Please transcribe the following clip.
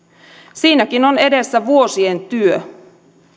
siinäkin on edessä vuosien työ